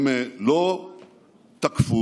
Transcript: הם לא תקפו,